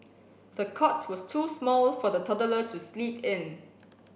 the cot was too small for the toddler to sleep in